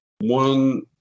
one